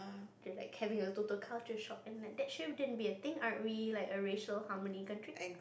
they were like having a total culture shock and like that shouldn't be a thing aren't we like a racial harmony country